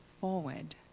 forward